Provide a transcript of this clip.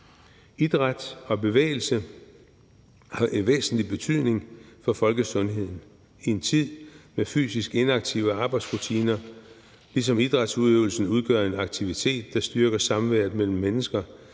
Idræt og bevægelse har væsentlig betydning for folkesundheden i en tid med fysisk inaktive arbejdsrutiner, ligesom idrætsudøvelsen udgør en aktivitet, der styrker samværet mellem mennesker,